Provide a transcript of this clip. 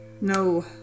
No